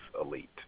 elite